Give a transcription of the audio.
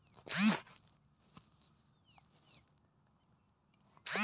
ನಗರ ಭಾಗದ ಜನ real estate ಮೇಲೆ ಹೂಡಿಕೆ ಮಾಡುತ್ತಾರೆ